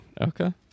Okay